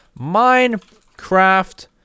Minecraft